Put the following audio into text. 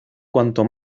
cuanto